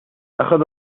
أخذ